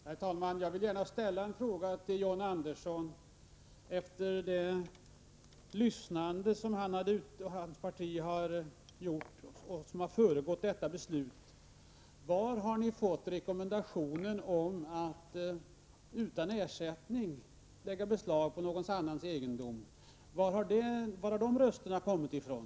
Herr talman! Jag vill gärna ställa en fråga till John Andersson med anledning av det lyssnande som har föregått hans och hans partis ställningstagande. Var har ni fått rekommendationen att utan ersättning lägga beslag på andras egendom? Var har de rösterna kommit ifrån?